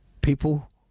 people